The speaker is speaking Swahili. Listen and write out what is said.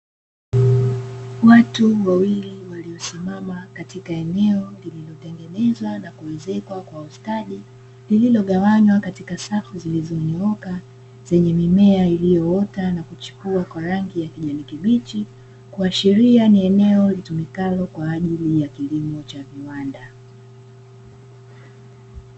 Watu wawili waliosimama katika eneo lililotengenezwa na kuezekwa kwa ustadi, lililogawanywa katika safi zilizonyooka zenye mimea iliyoota na kuchipua kwa rangi ya kijani kibichi, kuashiria ni eneo litumikalo kwa ajili ya kilimo cha viwanda.